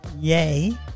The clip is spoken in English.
Yay